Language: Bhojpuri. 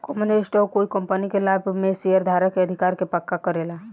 कॉमन स्टॉक कोइ कंपनी के लाभ में शेयरधारक के अधिकार के पक्का करेला